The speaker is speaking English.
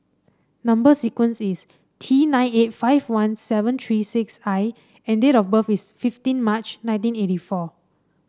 number sequence is T nine eight five one seven three six I and date of birth is fifteen March nineteen eighty four